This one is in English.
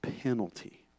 penalty